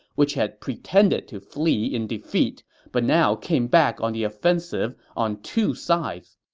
which had pretended to flee in defeat but now came back on the offensive on two sides.